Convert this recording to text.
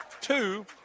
two